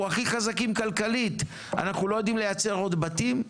הכי חזקים כלכלית אנחנו לא יכולים לייצר עוד בתים?